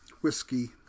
whiskey